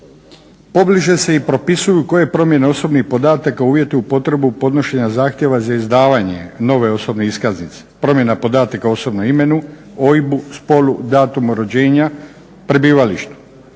Pobliže se i propisuju koje promjene osobnih podataka uvjetuju potrebu podnošenja zahtjeva za izdavanje nove osobne iskaznice, promjena podataka u osobnom imenu, OIB-u, spolu, datumu rođenja, prebivalištu.